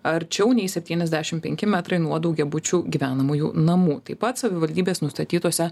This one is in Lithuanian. arčiau nei septyniasdešim penki metrai nuo daugiabučių gyvenamųjų namų taip pat savivaldybės nustatytose